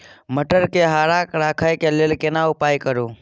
मटर के हरा रखय के लिए केना उपाय करू?